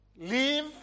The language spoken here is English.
Leave